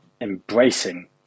embracing